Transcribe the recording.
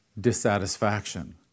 dissatisfaction